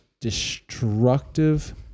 destructive